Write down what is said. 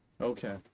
Okay